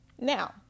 now